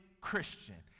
Christian